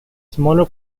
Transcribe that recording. smaller